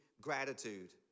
Gratitude